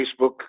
Facebook